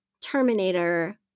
Terminator